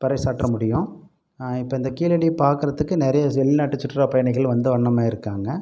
பறைசாற்ற முடியும் இப்போ இந்த கீழடிய பார்க்கறத்துக்கு நிறைய வெளிநாட்டு சுற்றுலா பயணிகள் வந்த வண்ணமே இருக்காங்க